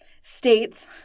states